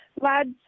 Lads